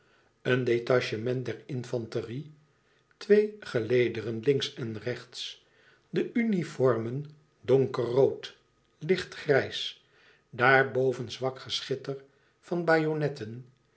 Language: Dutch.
een detachement der infanterie twee gelederen links en rechts de uniformen donkerrood lichtgrijs daarboven zwak geschitter van